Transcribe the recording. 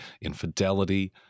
infidelity